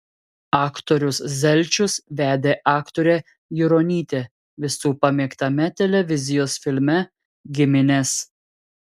aktorius zelčius vedė aktorę juronytę visų pamėgtame televizijos filme giminės